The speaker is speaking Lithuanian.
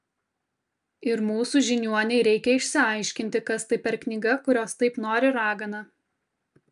ir mūsų žiniuonei reikia išsiaiškinti kas tai per knyga kurios taip nori ragana